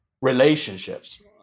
relationships